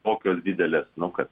tokios didelės nu kad